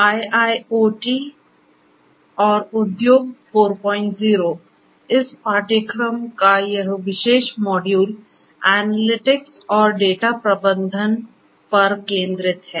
IIoT और उद्योग 40 इस पाठ्यक्रम का यह विशेष मॉड्यूल एनालिटिक्स और डेटा प्रबंधन पर केंद्रित है